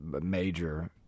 major